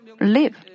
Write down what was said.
live